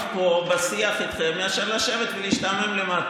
פה בשיח איתכם מאשר לשבת ולהשתעמם למטה.